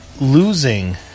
losing